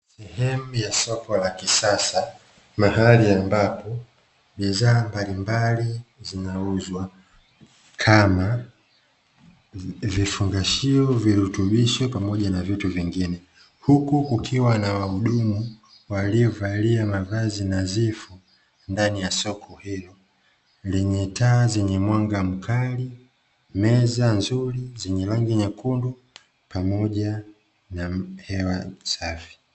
Sehemu ya soko la kisasa, mahali ambapo bidhaa mbalimbali zinauzwa kama vifungashio, virutubisho pamoja na vitu vingine. Huku kukiwa na wahudumu waliovalia mavazi nadhifu ndani ya soko hilo lenye taa zenye mwanga mkali, meza nzuri zenye rangi nyekundu, pamoja na hewa safi.